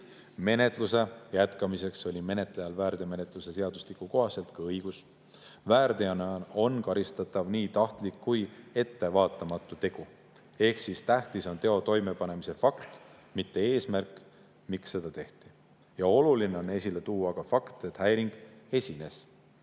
Menetluse jätkamiseks oli menetlejal väärteomenetluse seadustiku kohaselt õigus. Väärteona on karistatav nii tahtlik kui ka ettevaatamatu tegu. Ehk tähtis on teo toimepanemise fakt, mitte eesmärk, miks seda tehti. Ja oluline on esile tuua ka fakt, et häiring esines.